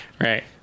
Right